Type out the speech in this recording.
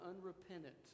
unrepentant